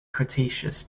cretaceous